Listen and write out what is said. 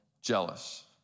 jealous